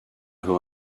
who